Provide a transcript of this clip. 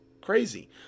crazy